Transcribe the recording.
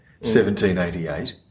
1788